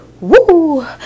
Woo